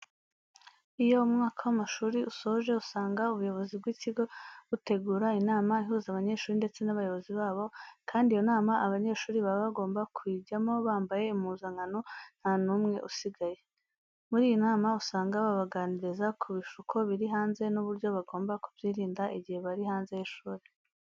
Iyo umwaka w'amashuri usoje usanga ubuyobozi bw'ikigo butegura inama ihuza abanyeshuri ndetse n'abayobozi babo, kandi iyo nama abanyeshuri baba bagomba kuyijyamo bambaye impuzankano nta numwe usigaye. Muri iyi nama usanga babaganiriza ku bishuko biri hanze n'uburyo bagomba kubyirinda igihe bari hanze y'ishuri.